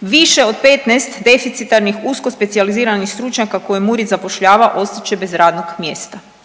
Više od 15 deficitarnih usko specijaliziranih stručnjaka koji MURID zapošljava ostat će bez radnog mjesta.